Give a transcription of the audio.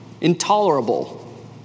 intolerable